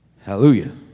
Hallelujah